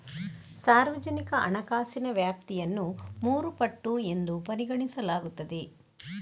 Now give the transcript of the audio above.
ಸಾರ್ವಜನಿಕ ಹಣಕಾಸಿನ ವ್ಯಾಪ್ತಿಯನ್ನು ಮೂರು ಪಟ್ಟು ಎಂದು ಪರಿಗಣಿಸಲಾಗುತ್ತದೆ